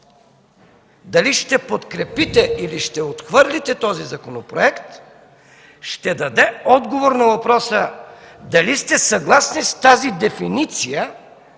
дали ще подкрепите или ще отхвърлите този законопроект, ще даде отговор на въпроса дали сте съгласни с тази дефиниция